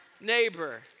neighbor